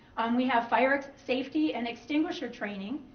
we have fire safety and extinguisher training,